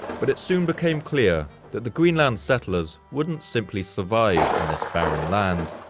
but it soon became clear that the greenland settlers wouldn't simply survive in this barren land.